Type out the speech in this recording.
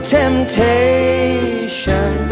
temptation